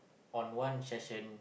on one session